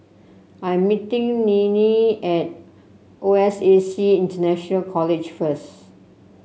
I am meeting Ninnie at O S A C International College first